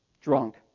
Drunk